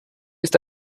ist